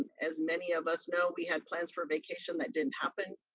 as many of us know, we had plans for a vacation that didn't happen,